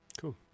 Cool